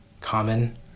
common